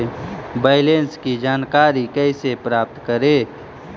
Balance की जानकारी कैसे प्राप्त करे?